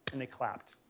and they clapped.